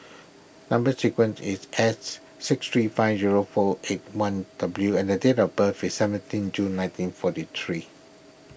Number Sequence is S six three five zero four eight one W and the date of birth is seventeen June nineteen forty three